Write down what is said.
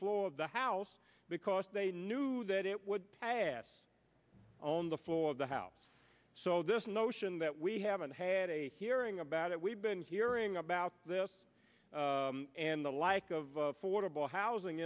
floor of the house because they knew that it would pass on the floor of the house so this notion that we haven't had a hearing about it we've been hearing about this and the like of